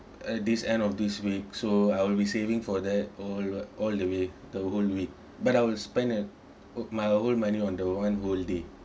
at this end of this week so I'll be saving for that all all the way the whole week but I'll spend at my whole money on the one whole day